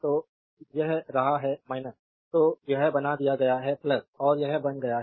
तो यह रहा है और यह बना दिया गया है और यह बन गया है